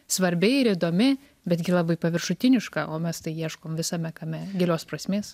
svarbi ir įdomi bet labai paviršutiniška o mes tai ieškom visame kame gilios prasmės